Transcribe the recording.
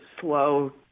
slow